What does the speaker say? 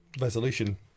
resolution